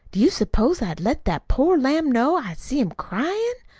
do you s'pose i'd let that poor lamb know i see him cryin'?